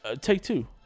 Take-Two